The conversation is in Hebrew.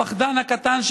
הפחדן הקטן,